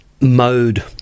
mode